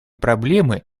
проблемы